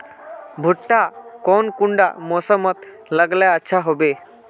भुट्टा कौन कुंडा मोसमोत लगले अच्छा होबे?